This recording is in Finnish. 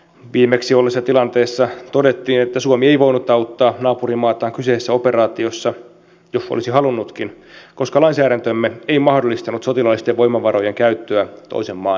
viimeksi olleessa tilanteessa todettiin että suomi ei voinut auttaa naapurimaataan kyseisessä operaatiossa jos olisi halunnutkin koska lainsäädäntömme ei mahdollistanut sotilaallisten voimavarojen käyttöä toisen maan tukemiseen